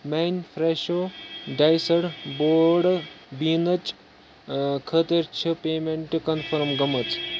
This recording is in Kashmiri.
میانہِِ فرٛٮ۪شو ڈایسٕڈ بروڈ بیٖنٕچ خٲطرٕ چھِ پیمیٚنٹ کنفٔرٕم گٔمٕژ؟